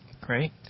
Great